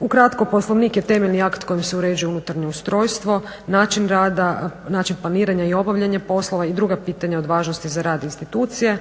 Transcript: Ukratko, Poslovnik je temeljni akt kojim se uređuje unutarnje ustrojstvo, način rada način planiranja i obavljanja poslova i druga pitanja od važnosti za rad institucije.